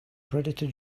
predator